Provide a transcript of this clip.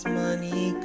money